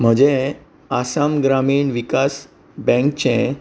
म्हजें आसाम ग्रामीण विकास बँकचें